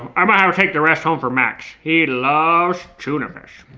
i might have to take the rest home for max. he loves tuna fish.